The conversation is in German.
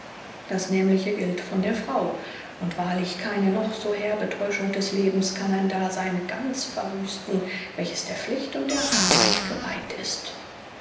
das nämliche gilt von der frau und wahrlich keine noch so herbe täuschung des lebens kann ein dasein ganz verwüsten welches der pflicht und der arbeit geweiht ist